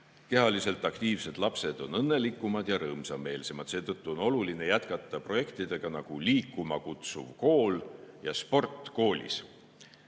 Kehaliselt aktiivsed lapsed on õnnelikumad ja rõõmsameelsemad, seetõttu on oluline jätkata projektidega, nagu Liikuma Kutsuv Kool ja "Sport koolis".